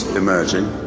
emerging